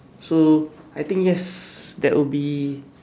so I think yes that will be